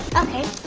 okay!